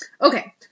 okay